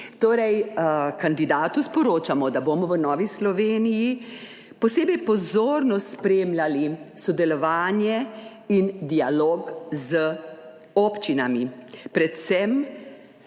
Torej, kandidatu sporočamo, da bomo v Novi Sloveniji posebej pozorno spremljali sodelovanje in dialog z občinami, predvsem,